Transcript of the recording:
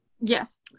Yes